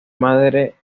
madre